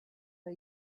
her